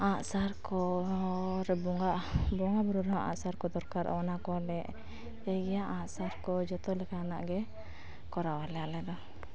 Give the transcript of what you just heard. ᱟᱸᱜ ᱥᱟᱨ ᱠᱚ ᱟᱨ ᱵᱚᱸᱜᱟᱜ ᱵᱚᱸᱜᱟ ᱵᱩᱨᱩ ᱨᱮᱦᱚᱸ ᱟᱸᱜ ᱥᱟᱨ ᱠᱚ ᱫᱚᱨᱠᱟᱨᱚᱜᱼᱟ ᱚᱱᱟ ᱠᱚᱦᱚᱸᱞᱮ ᱤᱭᱟᱹᱭ ᱜᱮᱭᱟ ᱟᱸᱜ ᱥᱟᱨ ᱠᱚ ᱡᱚᱛᱚ ᱞᱮᱠᱟᱱᱟᱜ ᱜᱮ ᱠᱚᱨᱟᱣ ᱟᱞᱮ ᱟᱞᱮ ᱫᱚ